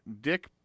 Dick